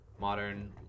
modern